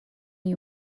you